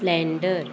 splendor